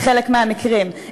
בחלק מהמקרים,